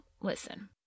Listen